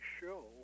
show